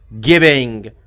giving